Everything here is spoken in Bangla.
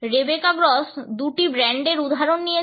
রেবেকা গ্রস দুটি ব্র্যান্ডের উদাহরণ নিয়েছেন